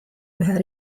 ühe